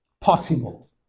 possible